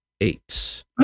eight